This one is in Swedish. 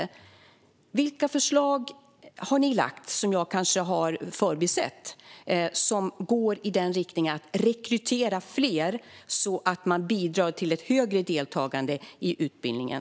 Jag måste fråga: Vilka förslag har ni lagt fram, som jag kanske har förbisett, som går i riktning mot att rekrytera fler, så att man bidrar till ett högre deltagande i utbildningen?